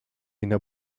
ina